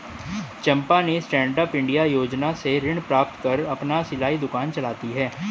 चंपा ने stand up India योजना से ऋण प्राप्त कर अपना सिलाई दुकान चलाती है